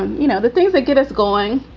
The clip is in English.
you know, the things that get us going,